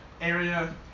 area